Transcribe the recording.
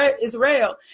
Israel